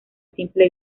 simple